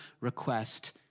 request